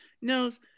knows